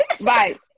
right